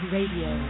Radio